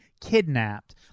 kidnapped